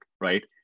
right